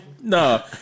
No